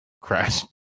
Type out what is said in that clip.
crash